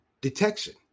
detection